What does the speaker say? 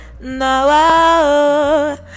now